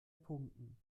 punkten